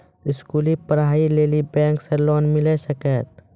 स्कूली पढ़ाई लेली बैंक से लोन मिले सकते?